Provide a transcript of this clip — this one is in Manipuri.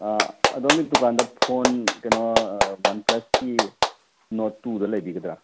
ꯑꯗꯣꯝꯒꯤ ꯗꯨꯀꯥꯟꯗ ꯐꯣꯟ ꯀꯩꯅꯣ ꯋꯥꯟ ꯄ꯭ꯂꯁꯀꯤ ꯅꯣꯔꯗ ꯇꯨꯗꯣ ꯂꯩꯕꯤꯒꯗ꯭ꯔꯥ